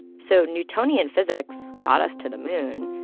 so newtonian physics got us to the moon.